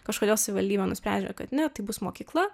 kažkodėl savivaldybė nusprendžia kad ne tai bus mokykla